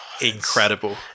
incredible